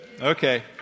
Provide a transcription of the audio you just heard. Okay